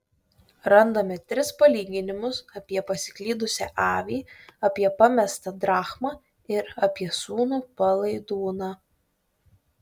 randame tris palyginimus apie pasiklydusią avį apie pamestą drachmą ir apie sūnų palaidūną